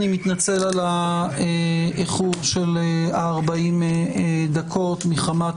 אני מתנצל על האיחור של 40 דקות מחמת